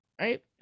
right